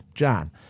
John